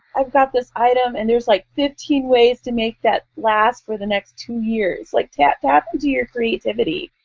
i've got this item and there's like fifteen ways to make that last for the next two years. like tap tap into your creativity,